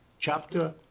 chapter